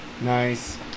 nice